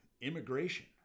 immigration